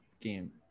game